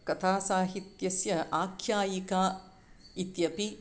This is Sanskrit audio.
कथासाहित्यस्य आख्यायिका इत्यपि